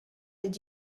did